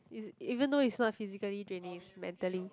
it's even though it's not physically draining it's mentally